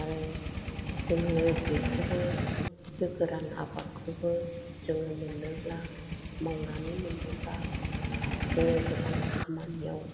आरो जोङो बेखौबो बे गोरान आबादखौबो जोङो मोनोब्ला मावनानै मोनोब्ला जोङो गोबां खामानियाव